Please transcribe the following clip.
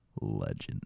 Legend